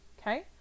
Okay